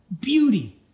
beauty